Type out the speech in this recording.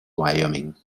wyoming